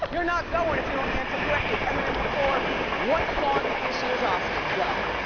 you're not going if you don't answer correctly. eminem performed what song at this year's oscar? go.